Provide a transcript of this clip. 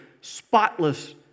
spotless